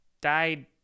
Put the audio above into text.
died